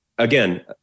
again